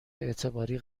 اعتباری